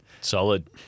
Solid